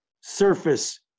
surface